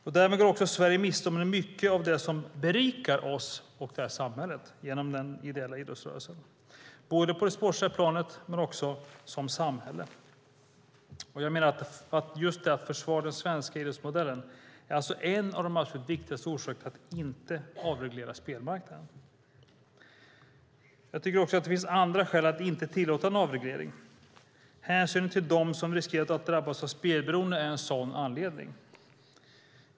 Då går Sverige också miste om mycket av det som berikar oss genom den ideella idrottsrörelsen, både på det sportsliga planet och som samhälle. Att försvara den svenska idrottsmodellen är alltså en av de viktigaste orsakerna till att inte avreglera spelmarknaden. Jag tycker också att det finns andra skäl att inte tillåta en avreglering. Hänsynen till dem som riskerar att drabbas av spelberoende är en sådan anledning.